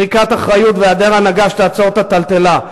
זריקת אחריות והיעדר הנהגה שתעצור את הטלטלה.